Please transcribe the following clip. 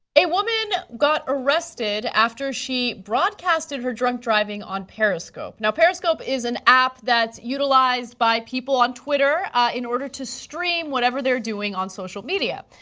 a woman got arrested after she broadcasted her drunk driving on periscope. and periscope is an app that is utilized by people on twitter in order to stream whatever they are doing on social media.